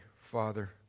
Father